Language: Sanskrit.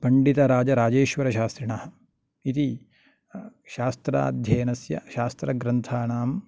पण्डितराजराजेश्वरशास्त्रीणः इति शास्त्राध्ययनस्य शास्त्रग्रन्थानां